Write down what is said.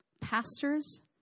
pastors